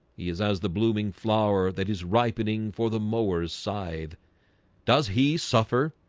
he is as the blooming flower that is ripening for the mowers side does he suffer?